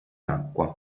acqua